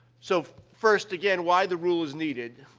so, first, again, why the rule is needed,